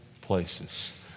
places